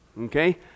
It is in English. okay